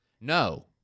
No